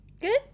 good